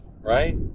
right